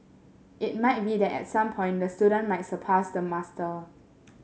it might be that at some point the student might surpass the master